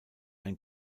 ein